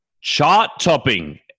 chart-topping